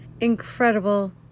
incredible